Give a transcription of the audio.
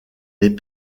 les